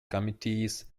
committees